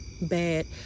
bad